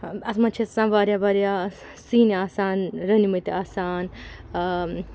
اَتھ مَنٛز چھِ آسان واریاہ واریاہ سِنۍ آسان رٔنۍ مٕتۍ آسان